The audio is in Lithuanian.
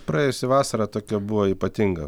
praėjusi vasara tokia buvo ypatinga